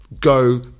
go